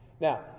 now